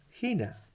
hina